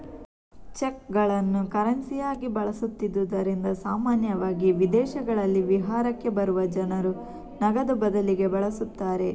ಚೆಕ್ಗಳನ್ನು ಕರೆನ್ಸಿಯಾಗಿ ಬಳಸುತ್ತಿದ್ದುದರಿಂದ ಸಾಮಾನ್ಯವಾಗಿ ವಿದೇಶಗಳಲ್ಲಿ ವಿಹಾರಕ್ಕೆ ಬರುವ ಜನರು ನಗದು ಬದಲಿಗೆ ಬಳಸುತ್ತಾರೆ